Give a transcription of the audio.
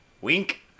wink